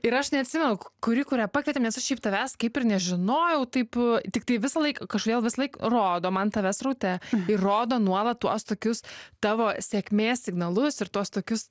ir aš neatsimenu kuri kurią pakvietė nes aš šiaip tavęs kaip ir nežinojau taip tiktai visąlaik kažkodėl visąlaik rodo man tave sraute ir rodo nuolat tuos tokius tavo sėkmės signalus ir tuos tokius